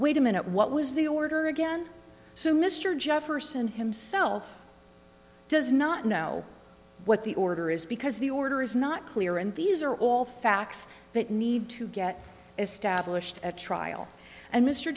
wait a minute what was the order again so mr jefferson himself does not know what the order is because the order is not clear and these are all facts that need to get established at trial and mr